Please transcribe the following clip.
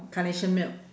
carnation milk